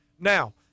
Now